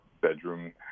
bedroom